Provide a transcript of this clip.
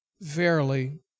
Verily